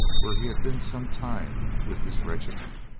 where he had been some time with his regiment.